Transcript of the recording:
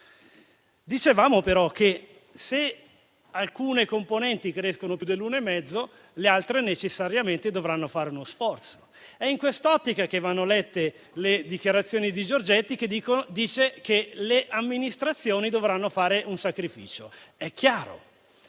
Dicevamo però che se alcune componenti crescono più dell'1,5 per cento, le altre necessariamente dovranno fare uno sforzo. È in questa ottica che vanno lette le dichiarazioni del ministro Giorgetti che afferma che le amministrazioni dovranno fare un sacrificio. È chiaro.